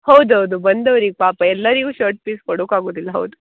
ಹೌದು ಹೌದು ಬಂದವ್ರಿಗೆ ಪಾಪ ಎಲ್ಲರಿಗೂ ಶರ್ಟ್ ಪೀಸ್ ಕೊಡೋಕ್ ಆಗೋದಿಲ್ಲ ಹೌದು